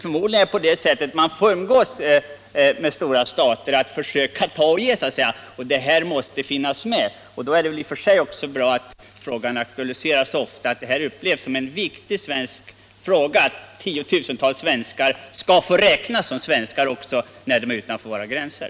Förmodligen är det på det sättet som man måste umgås med stora stater — att försöka ta och ge, så att säga — och då måste den här saken finnas med och tas upp. Därför är det i och för sig bara bra att frågan aktualiseras så ofta att det upplevs som en viktig svensk fråga att tiotusentals svenska medborgare skall få räknas som svenskar också när de befinner sig utanför våra gränser.